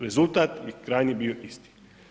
Rezultat je krajnji bio isti.